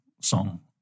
song